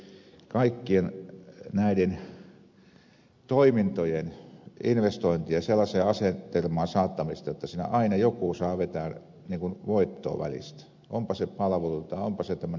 tämä ruokkii kaikkien näiden toimintojen investointien sellaiseen asetelmaan saattamista että siinä aina joku saa vetää voittoa välistä onpa se palveluita onpa se tämmöinen kiinteistöasia